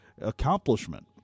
accomplishment